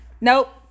Nope